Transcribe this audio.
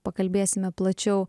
pakalbėsime plačiau